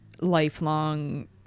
lifelong